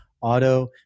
auto